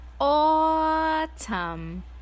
autumn